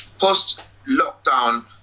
post-lockdown